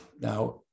Now